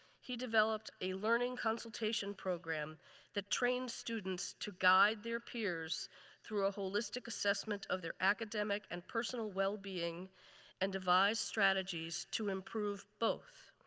he developed a learning consultation program that trains students to guide their peers through a holistic assessment of their academic and personal wellbeing and devise strategies to improve both.